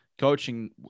coaching